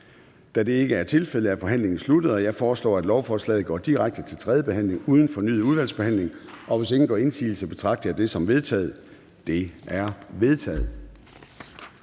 Da det ikke er tilfældet, er forhandlingen sluttet. Jeg foreslår, at lovforslaget går direkte til tredje behandling uden fornyet udvalgsbehandling. Hvis ingen gør indsigelse, betragter jeg dette som vedtaget. Det er vedtaget.